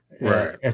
right